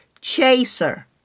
chaser